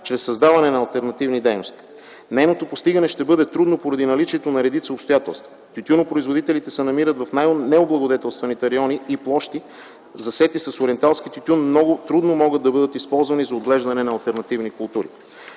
чрез създаване на алтернативни дейности. Нейното постигане ще бъде трудно поради наличието на редица обстоятелства. Тютюнопроизводителите се намират в най-необлагодетелстваните райони и площи, засети с ориенталски тютюн. Много трудно могат да бъдат използвани за отглеждане на алтернативни култури.